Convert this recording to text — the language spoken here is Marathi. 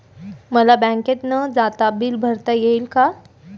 मला बँकेत न जाता बिले भरता येतील का?